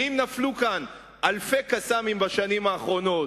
ואם נפלו כאן אלפי "קסאמים" בשנים האחרונות,